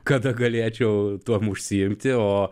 kada galėčiau tuo užsiimti o